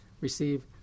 receive